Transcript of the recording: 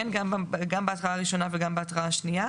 גם בהתראה הראשונה וגם בהתראה השנייה.